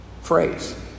phrase